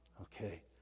Okay